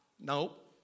Nope